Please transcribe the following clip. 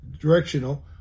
directional